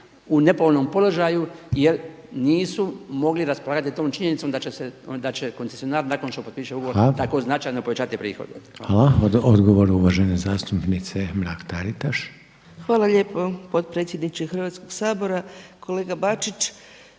u nepovoljnom položaju jer nisu mogli raspolagati tom činjenicom da će koncesionar nakon što potpiše ugovor tako značajno povećati prihode. **Reiner, Željko (HDZ)** Hvala. Odgovor uvažene zastupnice Ante Mrak-Taritaš. **Mrak-Taritaš, Anka (HNS)** Hvala lijepo. Potpredsjedniče Hrvatskoga sabora! Kolega Bačić,